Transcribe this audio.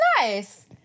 nice